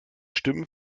stimmen